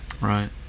Right